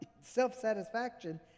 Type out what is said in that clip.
self-satisfaction